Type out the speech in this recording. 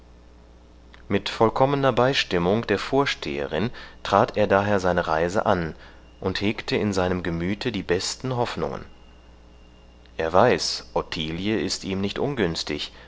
mit vollkommener beistimmung der vorsteherin trat er daher seine reise an und hegte in seinem gemüte die besten hoffnungen er weiß ottilie ist ihm nicht ungünstig